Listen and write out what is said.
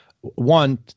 one